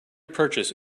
purchase